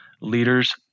leaders